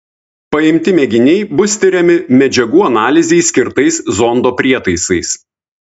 paimti mėginiai bus tiriami medžiagų analizei skirtais zondo prietaisais